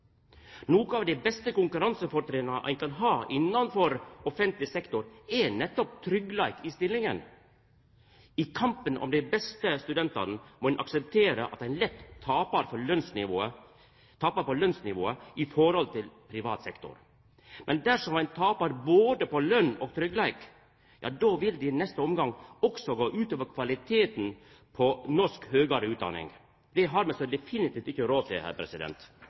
Noko av dei beste konkurransefortrinna ein kan ha innanfor offentleg sektor, er nettopp tryggleik i stillinga. I kampen om dei beste studentane må ein akseptera at ein i forhold til privat sektor lett tapar når det gjeld lønnsnivået. Men dersom ein tapar både på løn og på tryggleik, ja då vil det i neste omgang også gå ut over kvaliteten på norsk høgare utdanning. Det har me så definitivt ikkje råd til.